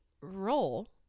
role